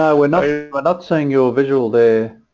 ah we're not but not seeing your visual there.